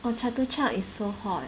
oh chatuchak is so hot